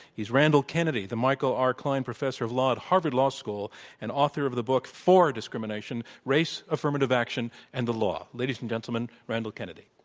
he's randall kennedy, the michael r. klein professor of law at harvard law school and author of the book for discrimination race, affirmative action, and the law. ladies and gentlemen, randall kennedy.